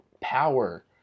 power